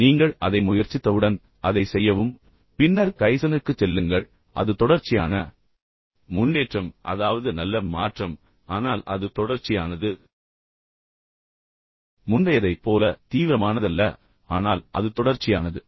இப்போது நீங்கள் அதை முயற்சித்தவுடன் அதை செய்யவும் பின்னர் கைஸனுக்குச் செல்லுங்கள் அது தொடர்ச்சியான முன்னேற்றம் அதாவது நல்ல மாற்றம் ஆனால் அது தொடர்ச்சியானது முந்தையதைப் போல தீவிரமானதல்ல ஆனால் அது தொடர்ச்சியானது